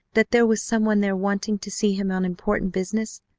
that there was someone there wanting to see him on important business?